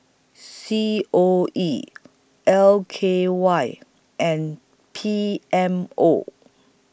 C O E L K Y and P M O